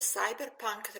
cyberpunk